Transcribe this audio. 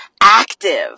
active